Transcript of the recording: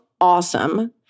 awesome